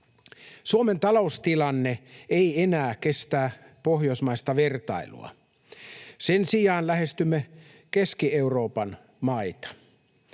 Suomen taloustilanne ei enää kestä pohjoismaista vertailua. Sen sijaan lähestymme Keski-Euroopan maita.